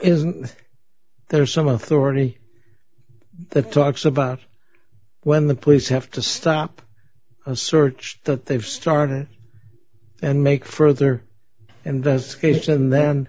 isn't there some authority the talks about when the police have to stop and search that they've started and make further investigation